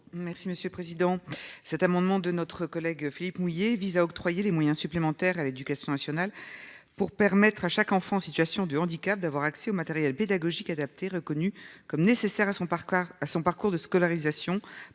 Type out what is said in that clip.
Merci monsieur président cet amendement de notre collègue Philippe mouiller vise à octroyer les moyens supplémentaires à l'éducation nationale pour permettre à chaque enfant en situation de handicap d'avoir accès au matériel pédagogique adapté, reconnu comme nécessaire à son par car à son parcours de scolarisation par la